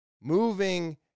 moving